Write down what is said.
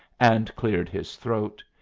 and cleared his throat.